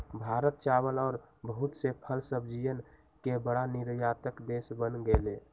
भारत चावल और बहुत से फल सब्जियन के बड़ा निर्यातक देश बन गेलय